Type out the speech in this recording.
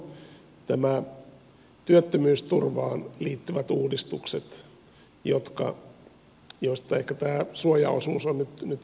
yhtenä niistä nämä työttömyysturvaan liittyvät uudistukset joista ehkä tämä suojaosuus on nyt keskeisin